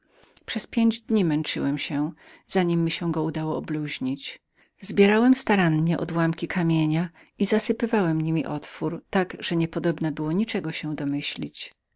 przez pięć dni męczyłem nad jednym prętem sprzątałem starannie proch z kamienia i zasadzałem żelazo na powrót tak że niepodobna było niczego się domyślić